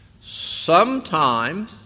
Sometime